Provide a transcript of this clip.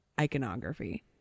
iconography